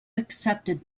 accepted